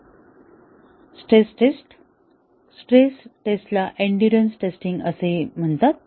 stress tests stress टेस्ट्सला endurance testing असेही म्हणतात